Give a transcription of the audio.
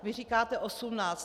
Vy říkáte 18.